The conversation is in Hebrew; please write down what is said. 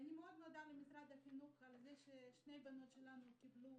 מאוד למשרד החינוך על כך ששתי הבנות שלנו,